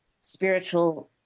spiritual